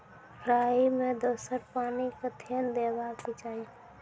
राई मे दोसर पानी कखेन देबा के चाहि?